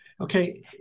okay